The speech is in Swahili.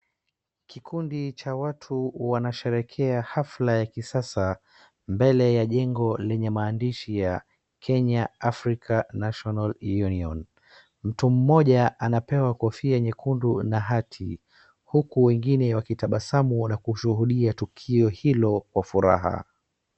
Kikundi cha watu wanasherekea hafla ya kisasa mbele ya jengo lenye maandishi ya Kenya africa national union. Mtu mmoja anapewa kofia nyekundu na hati huku wengine wakitabasamu na kushuhudia tukio hilo kwa furaha.